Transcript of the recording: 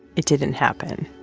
it didn't happen